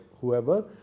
whoever